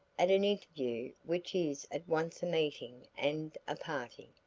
at an interview which is at once a meeting and a parting,